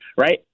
Right